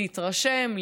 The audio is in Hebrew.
להתרשם,